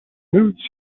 smooth